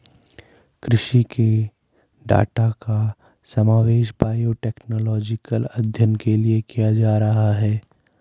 कृषि के डाटा का समावेश बायोटेक्नोलॉजिकल अध्ययन के लिए किया जा रहा है